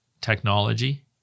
technology